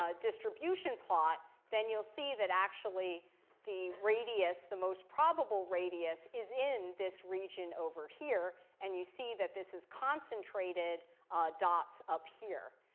ah distribution plot, then you'll see that actually the radius, the most probable radius is in this region over here. and you see that this is concentrated dots up here.